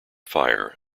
fire